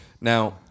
Now